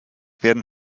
werden